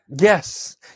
Yes